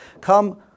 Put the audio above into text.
come